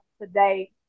today